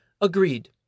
Agreed